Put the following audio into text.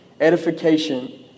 Edification